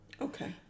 Okay